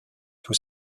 tout